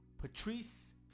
Patrice